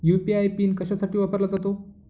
UPI PIN कशासाठी वापरला जातो?